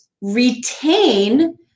retain